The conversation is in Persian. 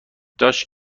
جاش